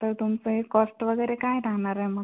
तर तुमचं हे कॉस्ट वगेरे काय राहणाराय मग